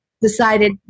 decided